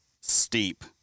steep